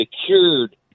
secured